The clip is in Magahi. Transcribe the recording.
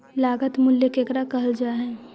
लागत मूल्य केकरा कहल जा हइ?